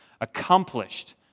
accomplished